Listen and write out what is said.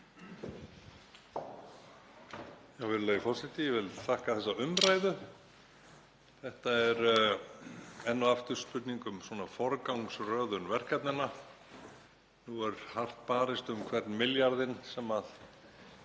Ég vil þakka þessa umræðu. Þetta er enn og aftur spurning um forgangsröðun verkefnanna. Nú er hart barist um hvern milljarðinn sem